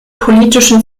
politischen